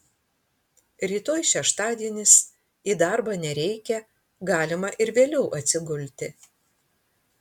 rytoj šeštadienis į darbą nereikia galima ir vėliau atsigulti